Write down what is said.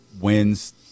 wins